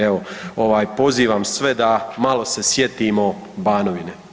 Evo pozivam sve da malo se sjedimo Banovine.